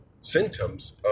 symptoms